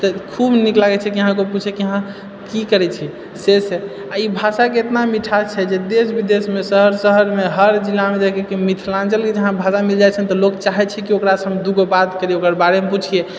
तऽ खूब नीक लागैत छै कि अहाँसँ कोइ पूछेकि अहाँ की करैत छी से से ई भाषाके इतना मिठास छै जे देश विदेशमे शहर शहरमे हर जिलामे जेकि मिथिलाञ्चलके जहाँ भाषा मिल जाइत छेै ने लोग चाहेैत छै कि ओकरासँ हम दू गो बात करिये ओकरबारेमे पूछिए